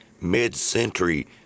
mid-century